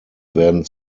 werden